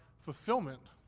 fulfillment